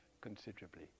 considerably